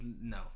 no